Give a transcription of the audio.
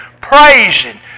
praising